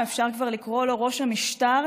אפשר כבר לקרוא לו ראש המשטר,